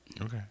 Okay